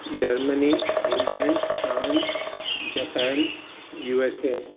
Germany England France Japan USA